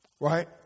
Right